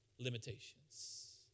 limitations